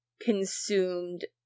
consumed